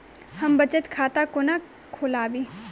हम बचत खाता कोना खोलाबी?